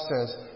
says